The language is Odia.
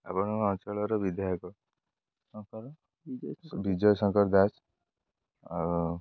ଆପଣ ଅଞ୍ଚଳର ବିଧାୟକ ଶଙ୍କର ବିଜୟ ଶଙ୍କର ଦାସ ଆଉ